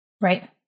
Right